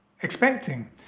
expecting